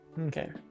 Okay